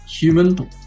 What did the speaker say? human